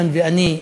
איימן ואני,